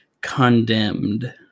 Condemned